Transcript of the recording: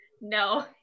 No